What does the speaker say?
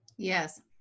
Yes